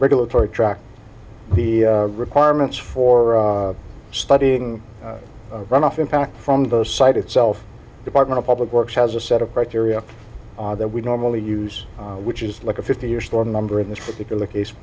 regulatory track the requirements for studying runoff impact from the site itself department of public works has a set of criteria that we normally use which is like a fifty year storm number in this particular case